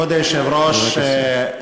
כבוד היושב-ראש,